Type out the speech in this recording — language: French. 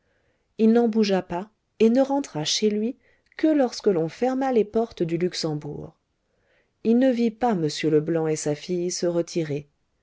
il n'en bougea pas et ne rentra chez lui que lorsqu'on ferma les portes du luxembourg il ne vit pas m leblanc et sa fille se retirer